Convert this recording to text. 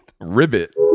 Ribbit